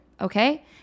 okay